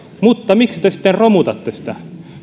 mutta miksi te sitten romutatte sitä